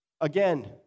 Again